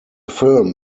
film